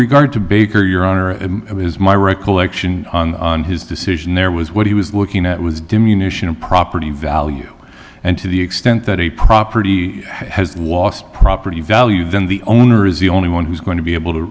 regard to baker your honor it was my recollection his decision there was what he was looking at was diminishing of property value and to the extent that a property has lost property value then the owner is the only one who's going to be able to